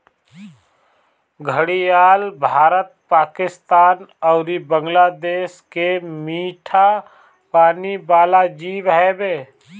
घड़ियाल भारत, पाकिस्तान अउरी बांग्लादेश के मीठा पानी वाला जीव हवे